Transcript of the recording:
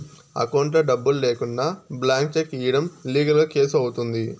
అకౌంట్లో డబ్బులు లేకుండా బ్లాంక్ చెక్ ఇయ్యడం లీగల్ గా కేసు అవుతుంది